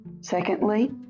Secondly